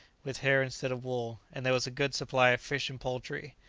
with hair instead of wool and there was a good supply of fish and poultry.